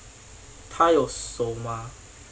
它有手吗